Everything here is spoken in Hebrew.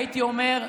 הייתי אומר,